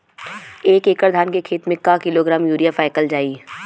एक एकड़ धान के खेत में क किलोग्राम यूरिया फैकल जाई?